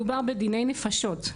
מדובר בדיני נפשות,